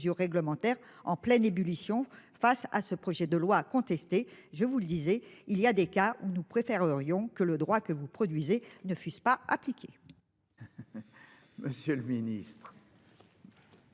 réglementaires en pleine ébullition. Face à ce projet de loi contestée. Je vous le disais il y a des cas où nous préférerions que le droit que vous produisez ne fusent pas appliqué. Monsieur le Ministre.